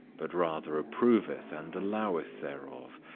but rather approveth and alloweth thereof,